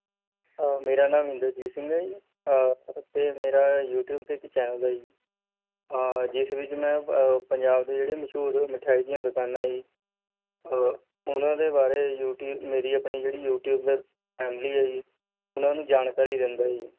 ਮੇਰਾ ਨਾਮ ਇੰਦਰਜੀਤ ਸਿੰਘ ਹੈ ਜੀ ਅਤੇ ਮੇਰਾ ਯੂਟੀਊਬ 'ਤੇ ਇੱਕ ਚੈੱਨਲ ਹੈ ਜੀ ਜਿਸ ਵਿੱਚ ਮੈਂ ਪੰਜਾਬ ਦੇ ਜਿਹੜੇ ਮਸ਼ਹੂਰ ਮਿਠਿਆਈ ਦੀਆਂ ਦੁਕਾਨਾਂ ਹੈ ਜੀ ਉਹਨਾਂ ਦੇ ਬਾਰੇ ਯੂਟੀਊਬ ਮੇਰੀ ਆਪਣੀ ਜਿਹੜੀ ਯੂਟੀਊਬ ਫੈਮਲੀ ਹੈ ਜੀ ਉਹਨਾਂ ਨੂੰ ਜਾਣਕਾਰੀ ਦਿੰਦਾ ਜੀ